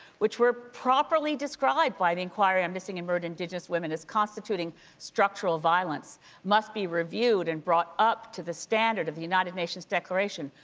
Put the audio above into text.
which were properly described by the inquiry on missing and murdered indigenous women as constituting structural violence must be reviewed and brought up to the standard of the united nations declaration.